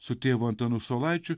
su tėvu antanu saulaičiu